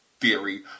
theory